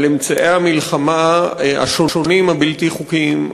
על אמצעי המלחמה השונים הבלתי-חוקיים,